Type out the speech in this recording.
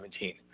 2017